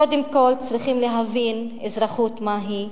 קודם כול צריכים להבין אזרחות מהי,